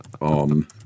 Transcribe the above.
on